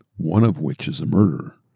one of which is a murderer.